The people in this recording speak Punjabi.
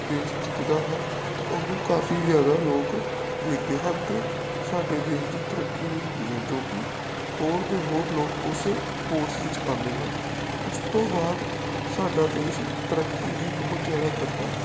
ਦੇਸ਼ ਜਿੱਤਦਾ ਹੈ ਅਤੇ ਉਹਨੂੰ ਕਾਫੀ ਜ਼ਿਆਦਾ ਲੋਕ ਦੇਖਦੇ ਹਨ ਅਤੇ ਸਾਡੇ ਦੇਸ਼ ਦੀ ਤਰੱਕੀ ਵੀ ਹੁੰਦੀ ਹੈ ਜੋ ਕਿ ਹੋਰ ਅਤੇ ਹੋਰ ਲੋਕ ਉਸ ਸਪੋਰਟਸ ਵਿੱਚ ਆਉਂਦੇ ਹਨ ਉਸ ਤੋਂ ਬਾਅਦ ਸਾਡਾ ਦੇਸ਼ ਤਰੱਕੀ ਵੀ ਬਹੁਤ ਜ਼ਿਆਦਾ ਕਰਦਾ ਹੈ